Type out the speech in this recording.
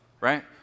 right